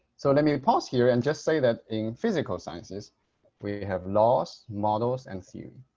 so let me pause here and just say that in physical sciences we have laws, models and theories.